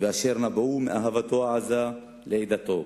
ואשר נבעו מאהבתו העזה לעדתו,